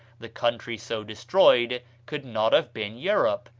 the country so destroyed could not have been europe,